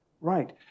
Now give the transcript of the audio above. right